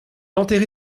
enterré